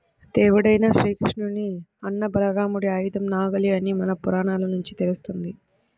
దేవుడైన శ్రీకృష్ణుని అన్న బలరాముడి ఆయుధం నాగలి అని మన పురాణాల నుంచి తెలుస్తంది